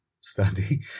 Study